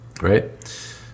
right